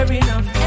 enough